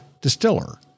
distiller